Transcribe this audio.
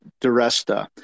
Duresta